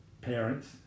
parents